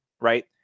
right